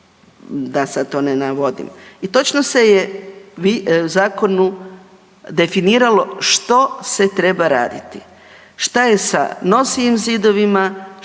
da sad to ne navodim i točno se je u zakonu definiralo što se treba raditi. Šta je sa nosivim zidovima, što je